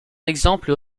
exemple